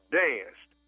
danced